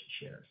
shares